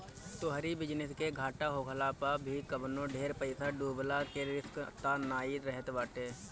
तोहरी बिजनेस के घाटा होखला पअ भी कवनो ढेर पईसा डूबला के रिस्क तअ नाइ रहत बाटे